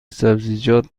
سبزیجات